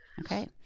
Okay